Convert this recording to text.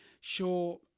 Sure